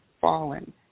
fallen